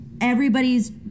everybody's